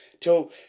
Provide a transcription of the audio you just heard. till